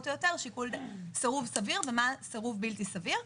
או יותר סירוב סביר ומה סירוב בלתי סביר.